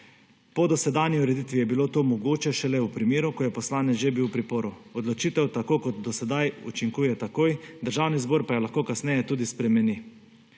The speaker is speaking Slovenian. Po dosedanji ureditvi je bilo to mogoče šele v primeru, ko je poslanec že bil v priporu. Odločitev tako, kot do sedaj, učinkuje takoj, Državni zbor pa jo lahko kasneje tudi spremeni.